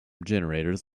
generators